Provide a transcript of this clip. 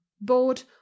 Board